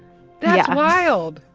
yeah wild.